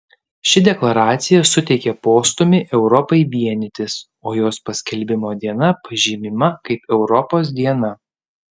ši deklaracija suteikė postūmį europai vienytis o jos paskelbimo diena pažymima kaip europos diena